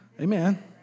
Amen